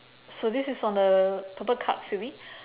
so this is on a purple card silly